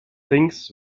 things